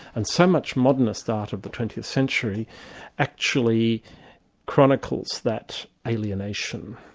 and so much modernist out of the twentieth century actually chronicles that alienation.